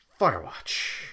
Firewatch